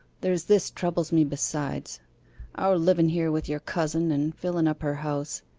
there's this troubles me besides our liven here with your cousin, and fillen up her house.